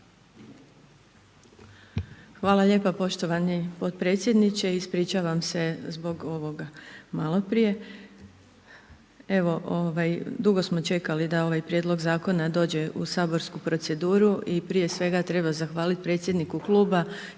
Hvala lijepa poštovani potpredsjedniče. Ispričavam se zbog ovoga od maloprije. Evo ovaj, dugo smo čekali da ovaj prijedlog zakona dođe u saborsku proceduru i prije svega treba zahvaliti predsjedniku kluba